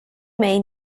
mae